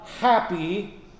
happy